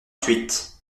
huit